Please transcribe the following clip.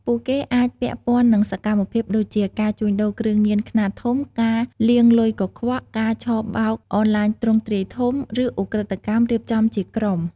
ពួកគេអាចពាក់ព័ន្ធនឹងសកម្មភាពដូចជា ការជួញដូរគ្រឿងញៀនខ្នាតធំ ការលាងលុយកខ្វក់ ការឆបោកអនឡាញទ្រង់ទ្រាយធំ ឬឧក្រិដ្ឋកម្មរៀបចំជាក្រុម។